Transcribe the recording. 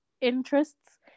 interests